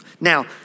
Now